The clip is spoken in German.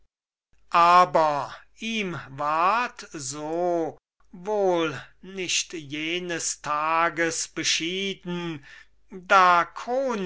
aber ihm ward so wohl nicht jenes tages beschieden da